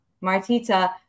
Martita